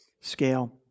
scale